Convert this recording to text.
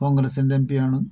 കോൺഗ്രസിൻ്റെ എം പിയാണ്